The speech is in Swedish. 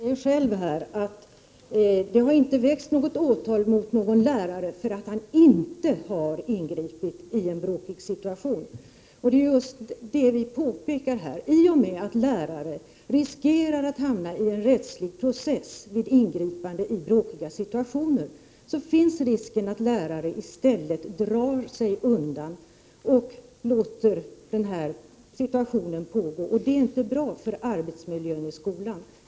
Fru talman! Statsrådet Göransson säger själv att det inte har väckts åtal mot någon lärare för att han inte har ingripit i en bråkig situation. Det är just det vi påpekar. I och med att lärare riskerar att hamna i en rättslig process vid ingripande i bråkiga situationer, finns risken att lärare i stället drar sig undan och låter situationen bestå. Det är inte bra för arbetsmiljön i skolan.